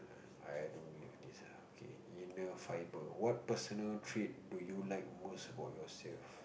I don't like this ah okay inner fibre what personal trait do you like most about yourself